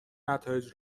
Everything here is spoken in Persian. نتایج